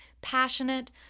Passionate